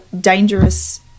dangerous